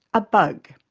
a bug.